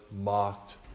mocked